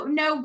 no